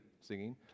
singing